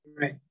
right